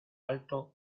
alto